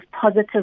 positive